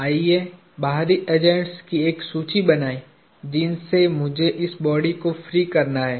आइए बाहरी एजेंट्स की एक सूची बनाएं जिनसे मुझे इस बॉडी को फ्री करना है